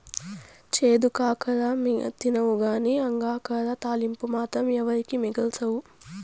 చేదు కాకర తినవుగానీ అంగాకర తాలింపు మాత్రం ఎవరికీ మిగల్సవు